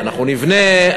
אנחנו נבנה,